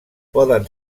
poden